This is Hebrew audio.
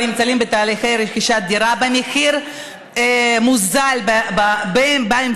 נמצאים בתהליכי רכישת דירה במחיר מוזל באמצעות,